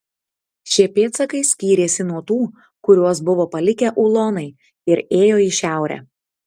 šie pėdsakai skyrėsi nuo tų kuriuos buvo palikę ulonai ir ėjo į šiaurę